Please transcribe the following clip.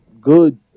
good